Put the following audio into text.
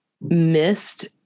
missed